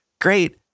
Great